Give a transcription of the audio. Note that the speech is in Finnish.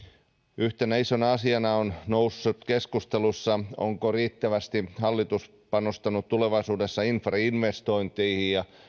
yhtenä isona asiana on noussut keskustelussa onko riittävästi hallitus panostanut tulevaisuudessa infrainvestointeihin ja